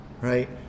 right